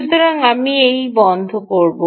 সুতরাং আমি এই বন্ধ করব